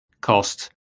cost